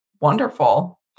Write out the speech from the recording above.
wonderful